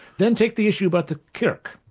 then take the issue about the kirk.